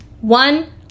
One